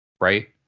Right